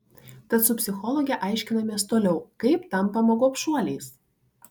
tad su psichologe aiškinamės toliau kaip tampama gobšuoliais